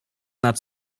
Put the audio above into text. nad